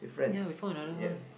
ya we found another one